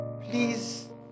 Please